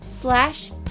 slash